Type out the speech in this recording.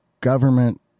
government